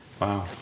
Wow